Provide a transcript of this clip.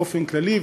באופן כללי,